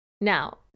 Now